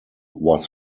was